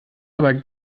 aber